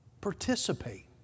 Participate